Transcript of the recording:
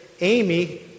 Amy